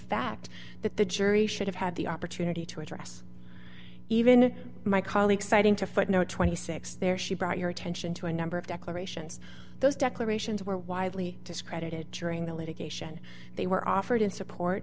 fact that the jury should have had the opportunity to address even my colleagues citing to footnote twenty six there she brought your attention to a number of declarations those declarations were widely discredited during the litigation they were offered in support